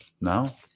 Now